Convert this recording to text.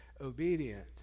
obedient